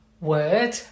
word